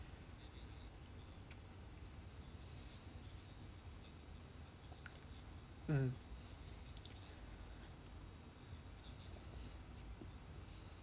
mm